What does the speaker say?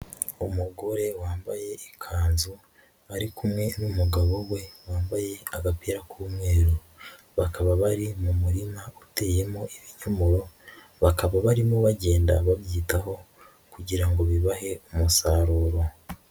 Umugore wambaye ikanzu ari kumwe n'umugabo we wambaye agapira k'umweru, bakaba bari mu murima uteyemo ibinyomoro, bakaba barimo bagenda babyitaho kugira ngo bibahe umusaruro.